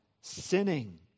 sinning